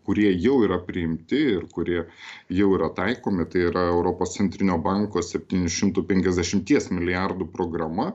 kurie jau yra priimti ir kurie jau yra taikomi tai yra europos centrinio banko septynių šimtų penkiasdešimties milijardų programa